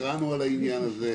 התרענו על העניין הזה,